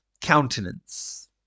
Countenance